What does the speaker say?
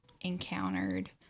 encountered